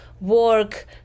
work